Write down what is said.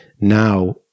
Now